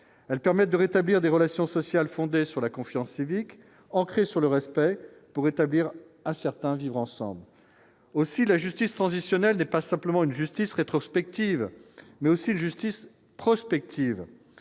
elles permettent de rétablir des relations sociales fondées sur la confiance civique ancrée sur le respect pour rétablir à certains vivre-ensemble aussi la justice transitionnelle n'est pas simplement une justice rétrospectives, mais aussi de justice prospective,